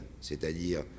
c'est-à-dire